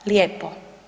Lijepo.